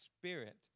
spirit